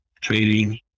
trading